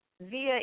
via